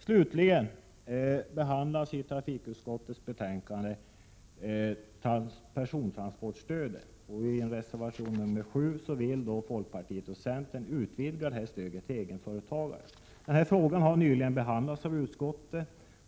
Slutligen behandlas i trafikutskottets betänkande frågan om persontransportstödet. I reservation 7 vill folkpartiet och centern utvidga stödet till att omfatta även egenföretagare. Frågan har nyligen behandlats av utskottet.